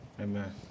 amen